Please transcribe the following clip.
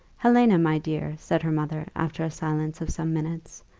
helena, my dear, said her mother, after a silence of some minutes,